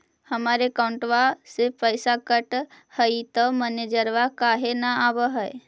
हमर अकौंटवा से पैसा कट हई त मैसेजवा काहे न आव है?